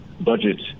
budget